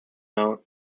mount